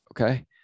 Okay